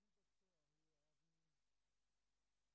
דמי אבטלה לעצמאים אין,